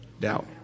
Doubt